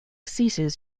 ceases